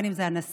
בין אם זה הנשיא,